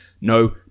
no